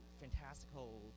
fantastical